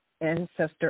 ancestor